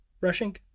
rushing